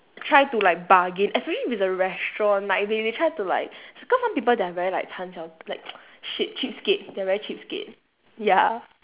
try to like bargain especially if it's a restaurant like if they they try to like cause some people they are very like 钱少 like shit cheapskate they are very cheapskate ya